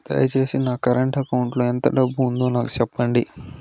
దయచేసి నా current account లో ఎంత డబ్బు ఉందో నాకు సెప్పండి